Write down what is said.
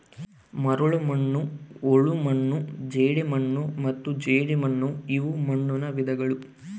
ಮರಳುಮಣ್ಣು ಹೂಳುಮಣ್ಣು ಜೇಡಿಮಣ್ಣು ಮತ್ತು ಜೇಡಿಮಣ್ಣುಇವು ಮಣ್ಣುನ ವಿಧಗಳು